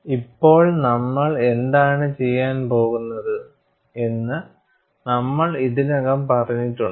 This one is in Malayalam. ഇപ്പോൾ നമ്മൾ എന്താണ് ചെയ്യാൻ പോകുന്നത് എന്ന് നമ്മൾ ഇതിനകം പറഞ്ഞിട്ടുണ്ട്